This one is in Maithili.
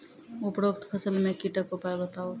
उपरोक्त फसल मे कीटक उपाय बताऊ?